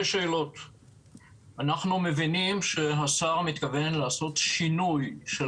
אנחנו מבינים שהשר מתכוון לעשות שינוי של